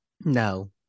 No